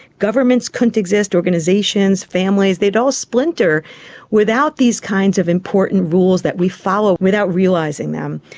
governments couldn't exist, organisations, families, they'd all splinter without these kinds of important rules that we follow without realising them.